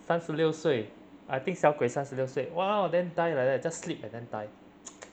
三十六岁 I think 小鬼三十六岁 !walao! then die like that just slip and then die